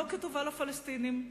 לא כטובה לפלסטינים,